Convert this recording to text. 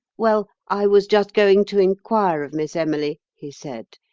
well, i was just going to inquire of miss emily he said,